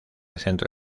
centro